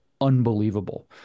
unbelievable